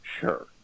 sure